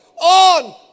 on